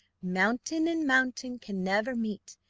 mountain and mountain can never meet,